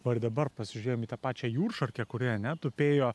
va ir dabar pasižiūrėjom į tą pačią jūršarkę kuri ane tupėjo